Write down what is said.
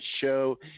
show